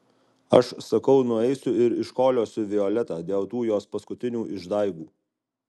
aš sakau nueisiu ir iškoliosiu violetą dėl tų jos paskutinių išdaigų